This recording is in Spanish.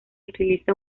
utiliza